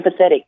empathetic